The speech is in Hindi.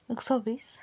एक सौ बीस